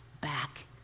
back